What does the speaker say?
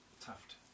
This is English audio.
Tuft